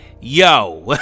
Yo